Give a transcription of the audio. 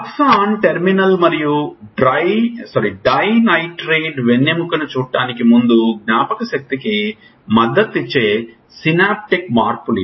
axon terminal మరియు dendrite వెన్నెముకను చూడటానికి ముందు జ్ఞాపకశక్తికి మద్దతు ఇచ్చే సినాప్టిక్ మార్పులు ఇవి